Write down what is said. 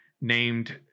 named